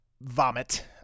vomit